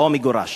או מגורש.